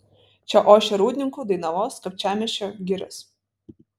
čia ošia rūdninkų dainavos kapčiamiesčio girios